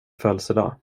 födelsedag